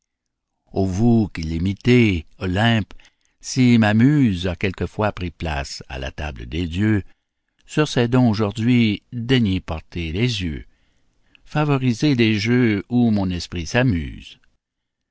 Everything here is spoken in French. ô vous qui l'imitez olympe si ma muse a quelquefois pris place à la table des dieux sur ces dons aujourd'hui daignez porter les yeux favorisez les jeux où mon esprit s'amuse